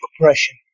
oppression